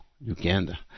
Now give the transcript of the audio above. Uganda